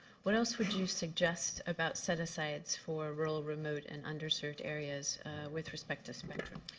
what else would you suggest about set-asides for rural, remote, and underserved areas with respect to spectrum?